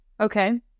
okay